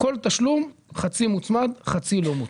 כל תשלום חצי מוצמד חצי לא מוצמד.